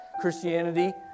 Christianity